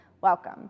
Welcome